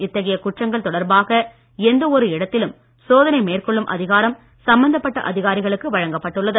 இத்தகைய குற்றங்கள் தொடர்பாக எந்த ஒரு இடத்திலும் சோதனை மேற்கொள்ளும் அதிகாரம் சம்பந்தப்பட்ட அதிகாரிகளுக்கு வழங்கப்பட்டுள்ளது